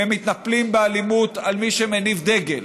והם מתנפלים באלימות על מי שמניף דגל?